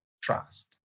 trust